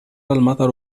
المطر